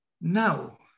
Now